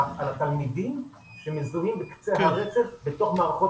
על התלמידים שמזוהים בקצה הרצף בתוך מערכות